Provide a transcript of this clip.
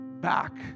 back